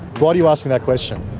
why do you ask me that question,